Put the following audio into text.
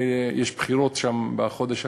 יש בחירות שם בחודש הקרוב,